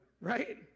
right